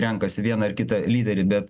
renkasi vieną ar kitą lyderį bet